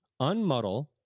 Unmuddle